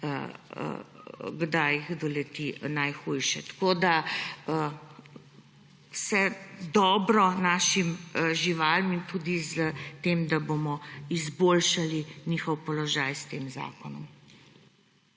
kdaj jih doleti najhujše. Vse dobro našim živalim, tudi s tem, da bomo izboljšali njihov položaj s tem zakonom.